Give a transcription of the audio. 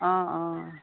অঁ অঁ